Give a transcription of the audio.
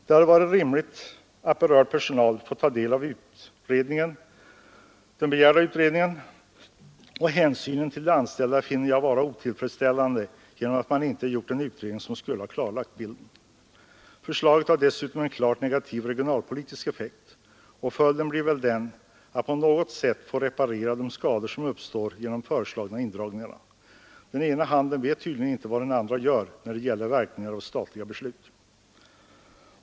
Det hade varit rimligt att berörd personal fått ta del av en utredning. Hänsynen till de anställda finner jag otillfredsställande genom att man inte gjort den utredning som skulle ha klarlagt bilden. Det föreliggande förslaget har dessutom en klart negativ regionalpolitisk effekt, och följden blir väl att de skador som uppstår genom de föreslagna indragningarna på något sätt får repareras. Den ena handen vet tydligen inte vad den andra gör när det gäller verkningarna av statliga beslut.